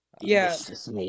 Yes